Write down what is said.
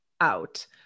out